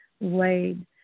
laid